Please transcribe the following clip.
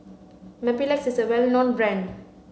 Mepilex is a well known brand